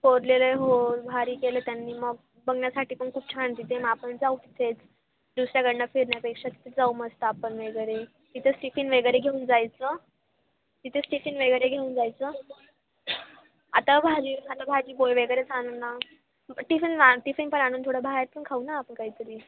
कोरलेलं हो भारी केलं त्यांनी मग बघण्यासाठी पण खूप छान तिथे मग आपण जाऊ तिथेच दुसऱ्याकडून फिरण्यापेक्षा तिथे जाऊ मस्त आपण वगैरे तिथेच टिफिन वगैरे घेऊन जायचं तिथेच टिफिन वगैरे घेऊन जायचं आता भाजी झालं भाजी पोळी वगैरेच आणू ना टिफिन हां टिफिन पण आणून थोडं बाहेर पण खाऊ ना आपण काहीतरी